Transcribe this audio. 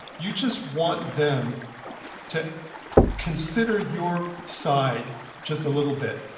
you just want them to consider your side just a little bit.